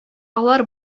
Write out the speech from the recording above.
алар